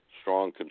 strong